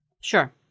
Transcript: Sure